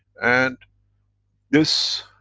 and this